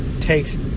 takes